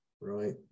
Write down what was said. right